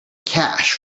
cash